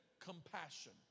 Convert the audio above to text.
compassion